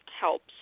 helps